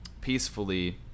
peacefully